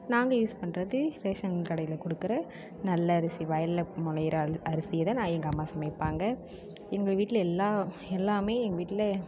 நாங்கள் யூஸ் பண்றது ரேஷன் கடையில் கொடுக்குற நல்ல அரிசி வயலில் முளையிற அரிசியை தான் நான் எங்கம்மா சமைப்பாங்க எங்கள் வீட்டில் எல்லா எல்லாமே எங்கள் வீட்டில்